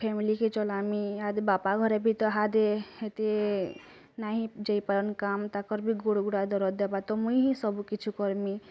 family କେ ଚଲାମି ଇହାଦେ ବାପା ଘରେ ବି ତ ହାଦେ ଏତେ ନାଇଁ ଯାଇପାରୁନ୍ କାମ୍ ତାଙ୍କର୍ ବି ଗୋଡ଼ଗୁଡ଼ା ଦରଜ୍ ଦେବାତ ମୁଇଁ ହି ସବୁକିଛୁ କର୍ମି